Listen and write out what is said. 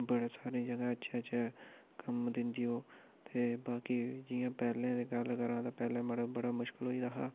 बड़े सारी जगह् अच्छे अच्छे कम्म दिंदी ओह् ते बाकी जि'यां पैह्ले दी गल्ल करांऽ तां पैह्लें मड़ो बड़ा मुश्कल होई दा हा